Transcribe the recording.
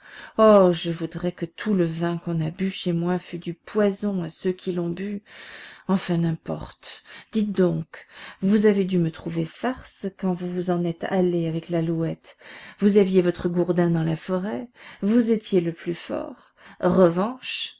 oh je voudrais que tout le vin qu'on a bu chez moi fût du poison à ceux qui l'ont bu enfin n'importe dites donc vous avez dû me trouver farce quand vous vous êtes en allé avec l'alouette vous aviez votre gourdin dans la forêt vous étiez le plus fort revanche